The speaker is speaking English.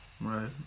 right